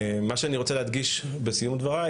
מה שאני רוצה להדגיש בסיום דבריי,